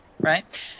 right